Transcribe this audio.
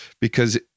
because-